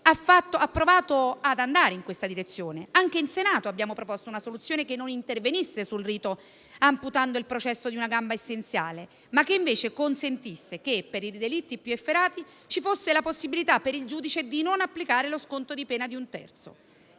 ha provato ad andare in questa direzione. Anche in Senato abbiamo proposto una soluzione che non intervenisse sul rito, amputando il processo di una gamba essenziale, ma che invece consentisse che, per i delitti più efferati, ci fosse la possibilità per il giudice di non applicare lo sconto di pena di un terzo.